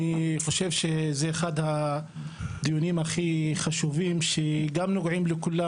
אני חושב שזה אחד הדיונים הכי חשובים שגם נוגעים לכולם,